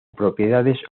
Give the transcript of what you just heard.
propiedades